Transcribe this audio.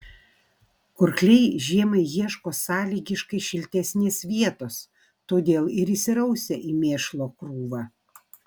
kurkliai žiemai ieško sąlygiškai šiltesnės vietos todėl ir įsirausia į mėšlo krūvą